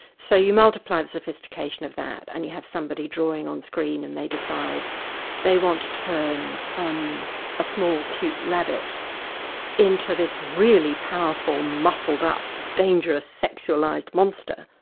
so you multiply the sophistication of that, and you have somebody drawing on screen and they decide they want to turn um a small, cute rabbit into this really powerful, muscled-up dangerous sexualised monster,